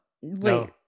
Wait